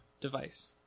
device